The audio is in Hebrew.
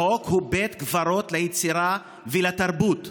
החוק הוא בית קברות ליצירה ולתרבות.